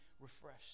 refreshed